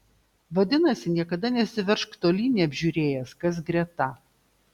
vadinasi niekada nesiveržk tolyn neapžiūrėjęs kas greta